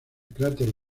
cráter